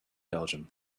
belgium